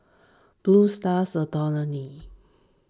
Blue Stars Dormitory